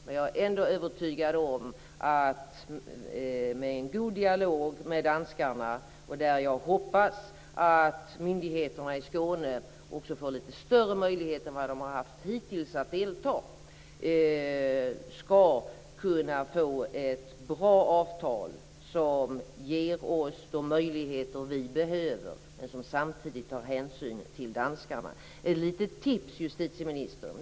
Men jag är ändå övertygad om att vi med en god dialog med danskarna, där jag hoppas att myndigheterna i Skåne får lite större möjlighet än hittills att delta, skall kunna få ett bra avtal som ger oss de möjligheter vi behöver men som samtidigt tar hänsyn till danskarna. Jag har ett litet tips till justitieministern.